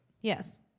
Yes